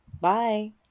Bye